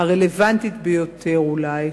הרלוונטית ביותר אולי,